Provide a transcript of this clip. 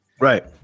Right